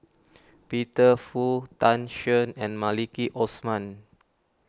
Peter Fu Tan Shen and Maliki Osman